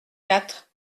quatre